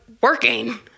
working